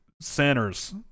centers